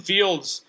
Fields